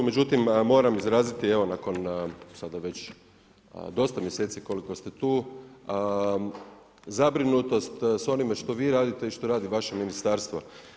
Međutim, moram izraziti evo nakon sada već dosta mjeseci koliko ste tu, zabrinutost s onime što vi radite i što radi vaše ministarstvo.